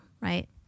right